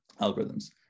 algorithms